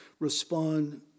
Respond